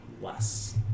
less